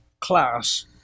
class